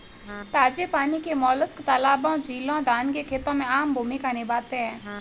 ताजे पानी के मोलस्क तालाबों, झीलों, धान के खेतों में आम भूमिका निभाते हैं